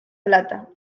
plata